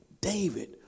David